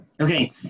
Okay